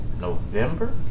November